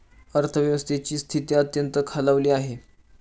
अर्थव्यवस्थेची स्थिती अत्यंत खालावली आहे